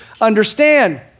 understand